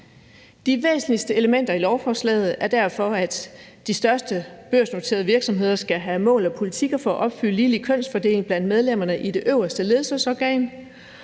De væsentligste elementer i lovforslaget er derfor, at de største børsnoterede virksomheder skal have mål og politikker for at opfylde det med en ligelig kønsfordeling blandt medlemmerne i det øverste ledelsesorgan,